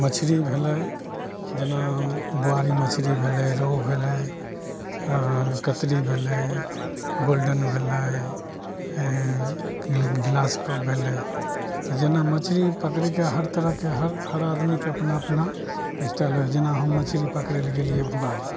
मछरी भेलै जेना बुआरी मछरी भेलै रौह भेलै आओर कतली भेलै गोल्डेन भेलै एँ गि गिलासकप भेलै तऽ जेना मछरी पकड़ैके हर तरहके हर आदमीके अपना अपना स्टाइल हइ जेना हम मछरी पकड़ै ले गेलिए बुआरी